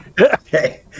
Okay